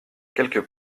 quelques